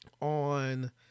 on